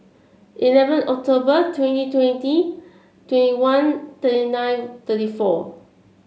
eleven October twenty twenty twenty one thirty nine thirty four